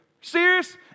Serious